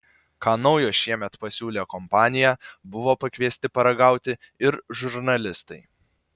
ką naujo šiemet pasiūlė kompanija buvo pakviesti paragauti ir žurnalistai